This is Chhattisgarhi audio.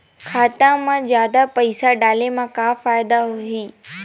खाता मा जादा पईसा डाले मा का फ़ायदा होही?